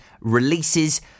releases